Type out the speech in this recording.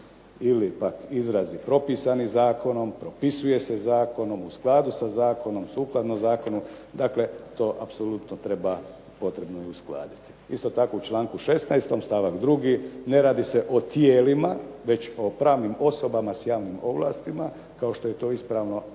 Ili pak izrazi propisani zakonom, propisuje se zakonom, u skladu sa zakonom, sukladno zakonu dakle to apsolutno treba uskladiti. Isto tako u članku 16. stavak 2. ne radi se o tijelima već o pravnim osobama s javnim ovlastima kao što je to ispravno navedeno